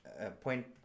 point